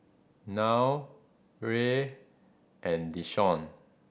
Nile Rey and Deshawn